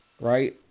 right